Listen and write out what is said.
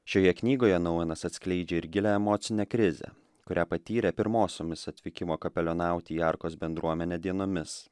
šioje knygoje nouenas atskleidžia ir gilią emocinę krizę kurią patyrė pirmosiomis atvykimo kapelionauti į arkos bendruomenę dienomis